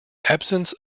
absence